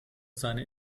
seine